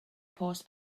post